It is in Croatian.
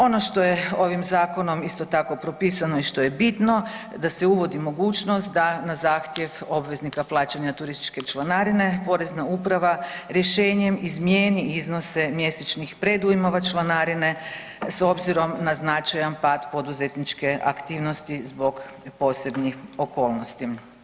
Ono što je ovim zakonom isto tako propisano i što je bitno, da se uvodi mogućnost da na zahtjev obveznika plaćanja turističke članarine Porezna uprava rješenjem izmijeni iznose mjesečnih predujmova članarine s obzirom na značajan pad poduzetničke aktivnosti zbog posebnih okolnosti.